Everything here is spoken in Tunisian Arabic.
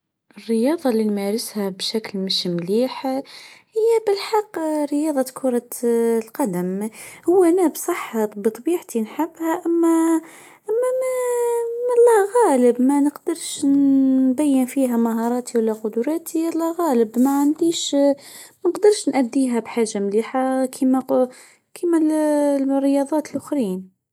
رياضه إللي نمارسها بشكل مش مليح هي بالحق رياضة كرة القدم .هو أنا صح بطبيعتي نحبها بس الله غالب ما نقدرش نبين فيها مهاراتي ولا قدراتي الله غالب ماعنديش مانقدرش ناديها بحاجه مليحه كيم الرياضات الاخرين.